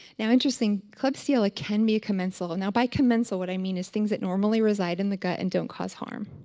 now interesting, klebsiella can be a commensal. now, by commensal, what i mean is things that normally reside in the gut and don't cause harm.